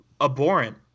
abhorrent